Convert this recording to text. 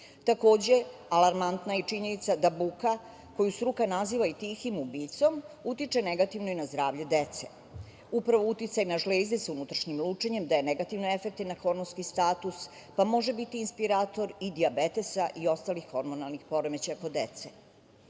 Takođe, alarmantna je i činjenica da buka koju struka naziva i tihim ubicom utiče negativno i na zdravlje dece. Upravo uticaj na žlezde sa unutrašnjim lučenjem daje negativne efekte na hormonski status, pa može biti inspirator i dijabetesa i ostalih hormonalnih poremećaja kod